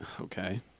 Okay